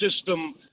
system